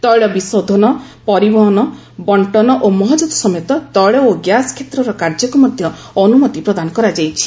ତୈଳ ଶୋଧନ ପରିବହନ ବଙ୍କନ ଓ ମହଜୁଦ ସମେତ ତୈଳ ଓ ଗ୍ୟାସ୍ କ୍ଷେତ୍ରର କାର୍ଯ୍ୟକୁ ମଧ୍ୟ ଅନୁମତି ପ୍ରଦାନ କରାଯାଇଛି